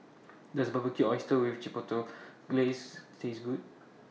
Does Barbecued Oysters with Chipotle Glaze Taste Good